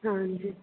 ਹਾਂਜੀ